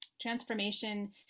Transformation